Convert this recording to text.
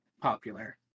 popular